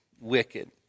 wicked